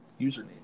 username